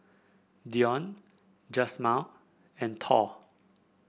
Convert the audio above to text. Dionne and Tall